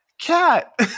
Cat